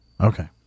Okay